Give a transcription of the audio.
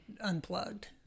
unplugged